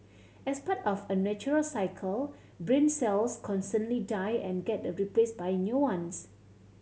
as part of a natural cycle brain cells constantly die and get the replaced by new ones